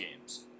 games